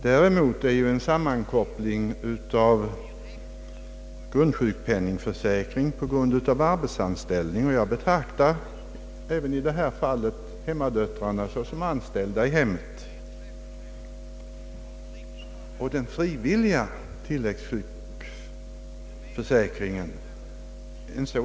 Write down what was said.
Däremot existerar inte någon sammankoppling av grundsjukpenningförsäkring på grund av arbetsanställning — och jag betraktar i det här fallet hemmavarande barn såsom anställda i hemmet — och den frivilliga tilläggssjukförsäkringen.